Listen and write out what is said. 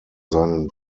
seinen